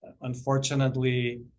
Unfortunately